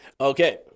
Okay